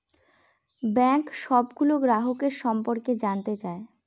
bank সবগুলো গ্রাহকের সম্পর্কে জানতে চায়